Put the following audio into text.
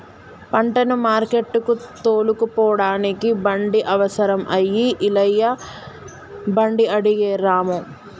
పంటను మార్కెట్టుకు తోలుకుపోడానికి బండి అవసరం అయి ఐలయ్య బండి అడిగే రాము